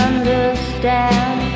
Understand